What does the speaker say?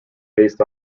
based